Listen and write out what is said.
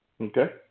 Okay